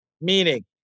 Meaning